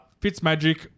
Fitzmagic